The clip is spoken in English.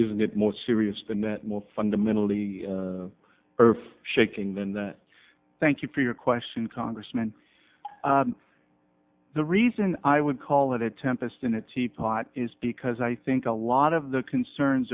isn't it more serious than that more fundamentally earth shaking than that thank you for your question congressman the reason i would call it a tempest in a teapot is because i think a lot of the concerns